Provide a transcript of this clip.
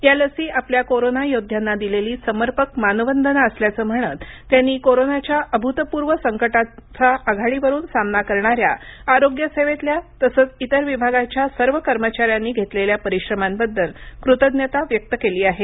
या लसी आपल्या कोरोना योद्ध्यांना दिलेली समर्पक मानवंदना असल्याचं म्हणत त्यांनी कोरोनाच्या अभूतपूर्व संकटाचा आघाडीवरून सामना करणाऱ्या आरोग्यसेवेतल्या तसंच इतर विभागांच्या सर्व कर्मचाऱ्यांनी घेतलेल्या परिश्रमांबद्दल कृतज्ञता व्यक्त केली आहे